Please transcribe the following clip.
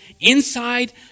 inside